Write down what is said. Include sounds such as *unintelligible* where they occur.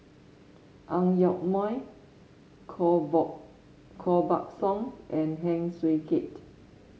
Ang Yoke Mooi Koh *unintelligible* Koh Buck Song and Heng Swee Keat